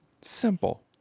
Simple